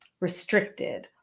restricted